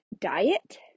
diet